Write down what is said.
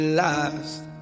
last